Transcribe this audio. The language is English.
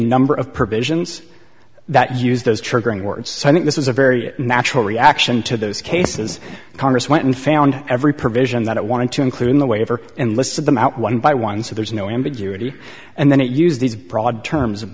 number of provisions that use those triggering words so i think this was a very natural reaction to those cases congress went and found every provision that it wanted to include in the waiver and listed them out one by one so there is no ambiguity and then use these broad terms of